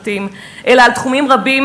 גם בתוך החינוך הדתי-לאומי,